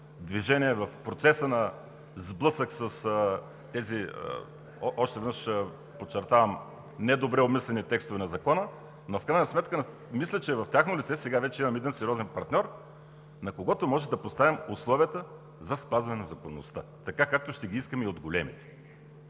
движение, в процеса на сблъсък – още веднъж подчертавам – не добре обмислени текстове на Закона. В крайна сметка мисля, че в тяхно лице сега вече имаме един сериозен партньор, на когото може да поставим условията за спазване на законността, така както ще ги искаме и от големите,